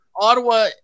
Ottawa